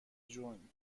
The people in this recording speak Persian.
جون